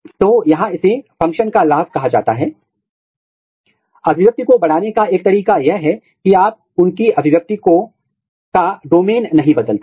इसी तरह आप जीन ट्रैपिंग कर सकते हैं आप एन्हांसिंग ट्रैपिंग कर सकते हैं